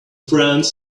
friends